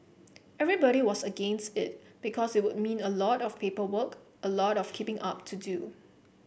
everybody was against it because it would mean a lot of paperwork a lot of keeping up to do